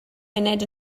munud